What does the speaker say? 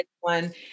one